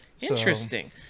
interesting